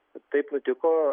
taip nutiko